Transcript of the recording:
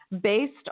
based